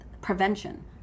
prevention